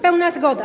Pełna zgoda.